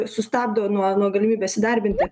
sustabdo nuo nuo galimybės įdarbinti